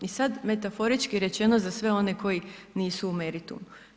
I sad metaforički rečeno za sve one koji nisu u meritumu.